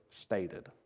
stated